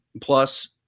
plus